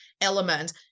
element